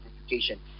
education